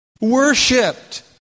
worshipped